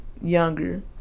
younger